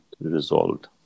resolved